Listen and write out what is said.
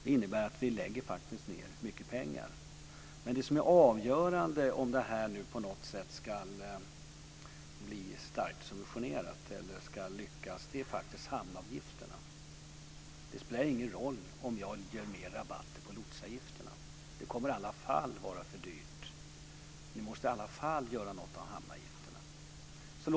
Det innebär att vi faktiskt lägger ned mycket pengar. Det som är avgörande för om det ska lyckas eller inte är hamnavgifterna. Det spelar ingen roll om jag ger mer rabatt på lotsavgifterna. Det kommer i alla fall att vara för dyrt. Ni måste i alla fall göra något med hamnavgifterna.